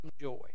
joy